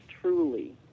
truly